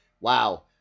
Wow